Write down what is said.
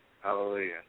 Hallelujah